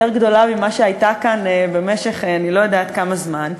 גדולה ממה שהיה כאן במשך אני לא יודעת כמה זמן.